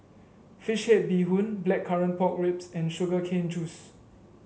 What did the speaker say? fish head Bee Hoon Blackcurrant Pork Ribs and Sugar Cane Juice